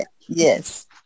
yes